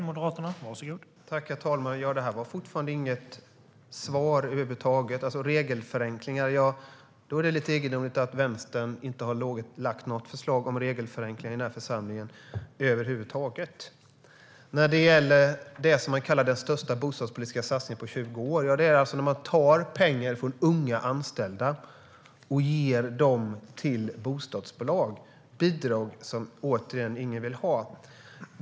Herr talman! Detta var inget svar över huvud taget! Nooshi Dadgostar talar om regelförenklingar. Då är det märkligt att Vänstern över huvud taget inte har lagt fram något förslag i den här församlingen om regelförenklingar. Det som man kallar den största bostadspolitiska satsningen på 20 år innebär att man tar pengar från unga anställda och ger dem till bostadsbolag. Det är bidrag som ingen vill ha.